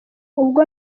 ubwo